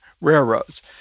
railroads